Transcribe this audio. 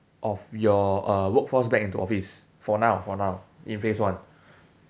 of your uh workforce back into office for now for now in phase one